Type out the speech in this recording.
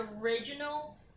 original